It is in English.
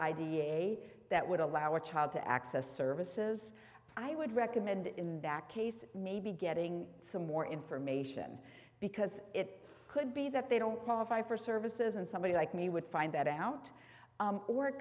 idea that would allow a child to access services i would recommend in that case maybe getting some more information because it could be that they don't qualify for services and somebody like me would find that out or it